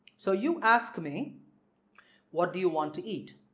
so you ask me what do you want to eat?